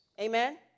Amen